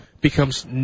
becomes